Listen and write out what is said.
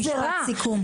משפט סיכום.